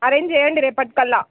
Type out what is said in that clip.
arrange చెయ్యండి రేపటికల్లా